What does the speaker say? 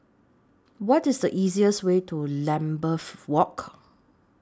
What IS easiest Way to Lambeth Walk